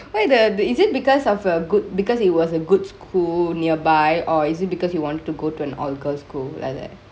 why the is it because of a good because it was a good school nearby or is it because you wanted to go to an all girls school like that